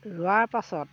ৰোৱাৰ পাছত